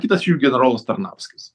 kitas jų generolas tarnauskis